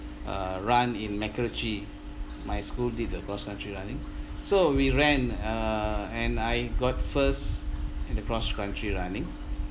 uh run in macritchie my school did the cross-country running so we ran uh and I got first in the cross-country running